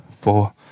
four